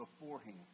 beforehand